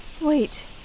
Wait